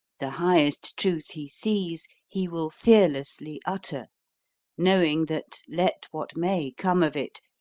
the highest truth he sees he will fearlessly utter knowing that, let what may come of it,